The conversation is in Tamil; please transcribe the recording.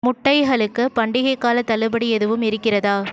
முட்டைகளுக்கு பண்டிகைக் காலத் தள்ளுபடி எதுவும் இருக்கிறதா